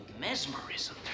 mesmerism